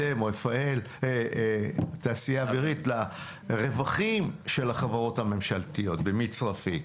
אתם או תעשייה רווחית לרווחים של החברות הממשלתיות במצרפי.